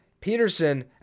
Peterson